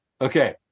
Okay